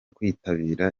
kwitabira